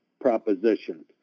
proposition